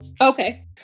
Okay